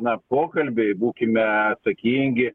na pokalbiui būkime atsakingi